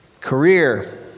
career